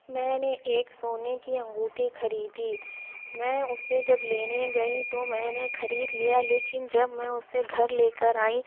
میں نے ایک سونے کی انگوٹھی خریدی میں اسے جب لینے گئی تو میں نے خرید لیا لیکن جب میں اسے گھر لے کر آئی